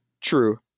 true